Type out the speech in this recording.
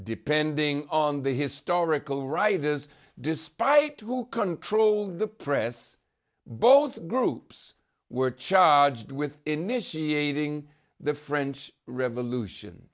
depending on the historical writers despite who controlled the press both groups were charged with initiating the french revolution